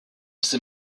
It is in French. sait